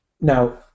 Now